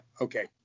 Okay